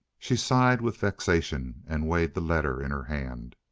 she sighed with vexation and weighed the letter in her hand.